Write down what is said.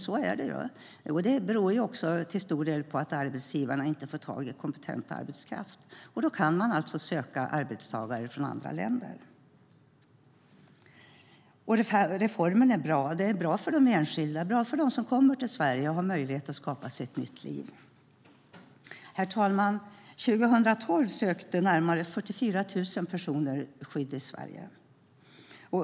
Så är det ju, och det beror till stor del på att arbetsgivarna inte får tag i kompetent arbetskraft. Då kan man alltså söka arbetstagare från andra länder. Reformen är bra. Den är bra för de personer som kommer till Sverige och har möjlighet att skapa sig ett nytt liv. Herr talman! År 2012 sökte närmare 44 000 personer skydd i Sverige.